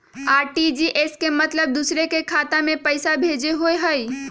RTGS के मतलब दूसरे के खाता में पईसा भेजे होअ हई?